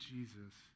Jesus